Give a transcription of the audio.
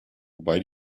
wobei